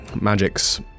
magics